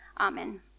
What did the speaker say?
Amen